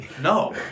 no